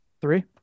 three